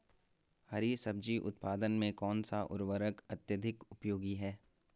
हरी सब्जी उत्पादन में कौन सा उर्वरक अत्यधिक उपयोगी है?